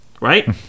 right